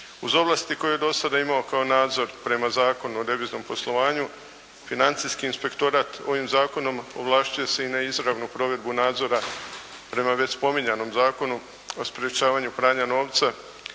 Uz ovlasti koje je do sada imao kao nadzor prema Zakonu o deviznom poslovanju Financijski inspektorat ovim zakonom ovlašćuje se i na izravnu provedbu nadzora prema već spominjanom Zakonu o sprječavanju pranja novca